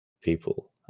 people